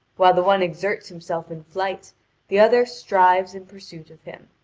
while the one exerts himself in flight the other strives in pursuit of him,